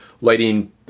lighting